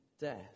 death